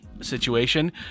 situation